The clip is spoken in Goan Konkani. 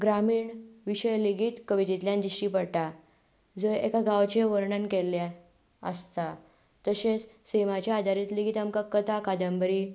ग्रामीण विशय लेगीत कवितेंतल्यान दिश्टी पडटा जंय एका गांवचें वर्णन केल्लें आसता तशेंच सैमाच्या आदारीत लेगीत आमकां कथा कादंबरी